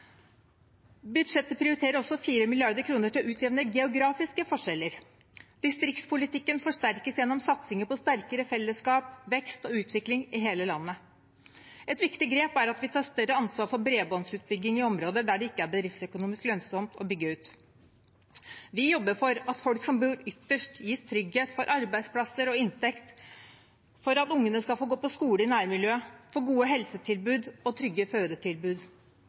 Budsjettet prioriterer også 4 mrd. kr til å utjevne geografiske forskjeller. Distriktspolitikken forsterkes gjennom satsinger på sterkere fellesskap, vekst og utvikling i hele landet. Et viktig grep er at vi tar større ansvar for bredbåndsutbygging i områder der det ikke er bedriftsøkonomisk lønnsomt å bygge ut. Vi jobber for at folk som bor ytterst, gis trygghet for arbeidsplasser og inntekt, for at ungene skal få gå på skole i nærmiljøet, og for gode helsetilbud og trygge fødetilbud.